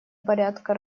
порядка